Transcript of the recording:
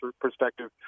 perspective